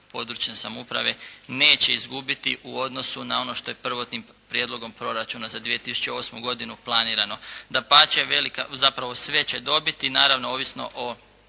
područne samouprave neće izgubiti u odnosu na ono što je prvotnim Prijedlogom proračuna za 2008. godinu planirano. Dapače, velika, zapravo sve će dobite, naravno ovisno o